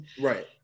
right